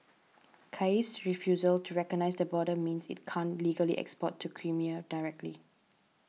Kiev's refusal to recognise the border means it can't legally export to Crimea directly